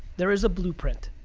there is a blueprint.